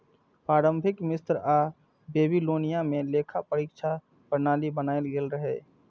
प्रारंभिक मिस्र आ बेबीलोनिया मे लेखा परीक्षा प्रणाली बनाएल गेल रहै